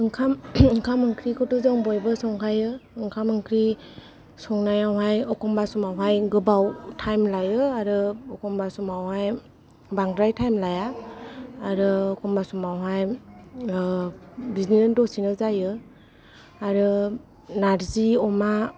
ओंखाम ओंखाम ओंख्रिखौथ' जों बयबो संखायो ओंखाम ओंख्रि संनायावहाय एखम्बा समावहाय गोबाव टाइम लायो आरो एखम्बा समावहाय बांद्राय टाइम लाया आरो एखम्बा समावहाय बिदिनो दसेनो जायो आरो नार्जि अमा